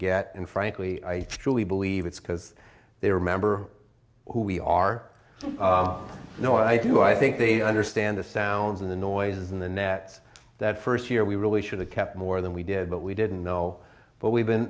get and frankly i truly believe it's because they remember who we are no i do i think they understand the sounds and the noises in the nets that first year we really should the kept more than we did but we didn't know but we've been